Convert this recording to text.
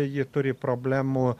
ji turi problemų